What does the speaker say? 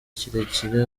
kirekire